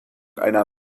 einer